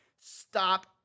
Stop